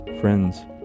friends